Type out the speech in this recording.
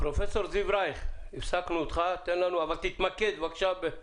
פרופ' זיו רייך, הפסקנו אותך, אבל תתמקד, בבקשה.